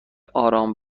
آرام